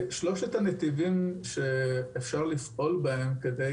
שלושת הנתיבים שאפשר לפעול בהם כדי